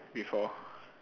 before